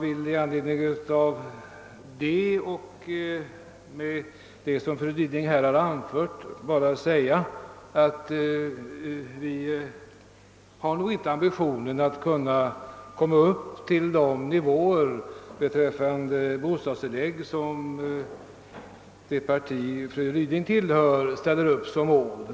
I anledning därav och på grund av det som fru Ryding här har anfört vill jag endast säga att vi nog inte har ambitionen att kunna komma upp till de nivåer beträffande bostadstillägg som det parti fru Ryding tillhör ställer upp som mål.